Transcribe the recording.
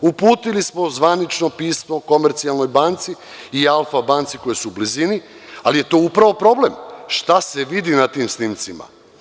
Uputili smo zvanično pismo Komercijalnoj banci i Alfa banci koje su u blizini, ali je to upravo problem – šta se vidi na tim snimcima.